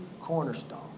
cornerstone